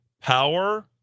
power